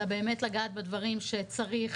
אלא באמת לגעת בדברים שצריך,